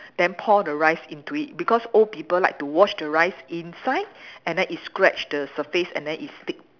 then pour the rice into it because old people like to wash the rice inside and then it scratch the surface and then it stick